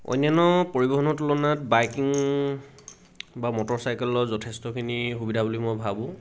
অন্যান্য পৰিবহণৰ তুলনাত বাইকিং বা মটৰ চাইকেলৰ যথেষ্টখিনি সুবিধা বুলি মই ভাবোঁ